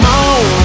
on